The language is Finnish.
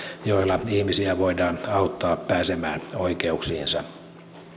joilla ihmisiä voidaan auttaa pääsemään oikeuksiinsa